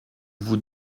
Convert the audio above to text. vous